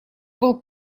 был